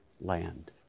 land